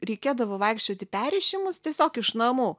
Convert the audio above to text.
reikėdavo vaikščiot į perrišimus tiesiog iš namų